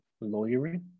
lawyering